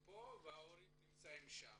וההורים נמצאים שם.